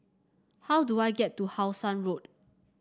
how do I get to How Sun Road